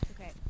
Okay